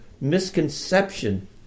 misconception